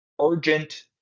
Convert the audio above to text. urgent